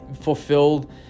fulfilled